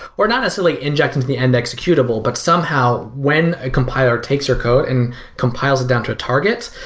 or not a silly inject into the index and executable but somehow, when a compiler takes your code and compiles it down to a target,